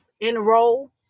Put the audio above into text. enroll